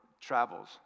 travels